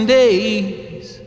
days